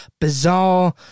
bizarre